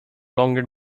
longer